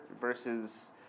versus